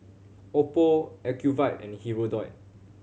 Oppo Ocuvite and Hirudoid